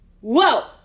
Whoa